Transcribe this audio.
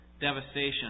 devastation